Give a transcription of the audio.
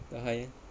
why